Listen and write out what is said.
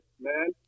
man